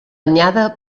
anyada